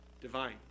divine